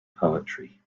poetry